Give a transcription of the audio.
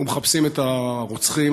ומחפשים את הרוצחים,